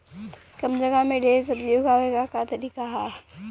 कम जगह में ढेर सब्जी उगावे क का तरीका ह?